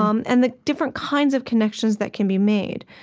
um and the different kinds of connections that can be made.